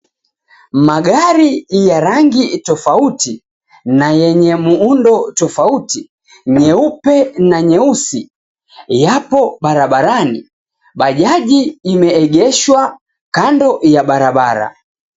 Magari ya rangi tofauti na yenye muundo tofauti nyeupe na nyeusi yapo barabarani bajaji imeegeshwa kando ya barabara.